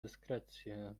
dyskrecję